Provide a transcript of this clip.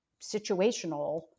situational